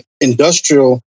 industrial